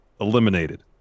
eliminated